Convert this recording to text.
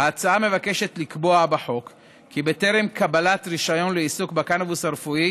ההצעה מבקשת לקבוע בחוק כי בטרם קבלת רישיון לעיסוק בקנבוס רפואי